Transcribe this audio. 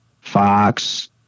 fox